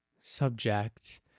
subject